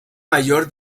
mayor